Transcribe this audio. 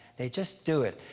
they just do it.